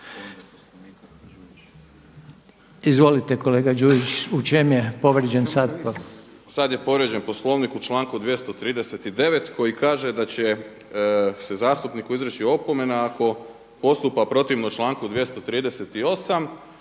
Izvolite kolega Đujić, u čemu je povrijeđen sad?